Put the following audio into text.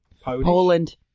Poland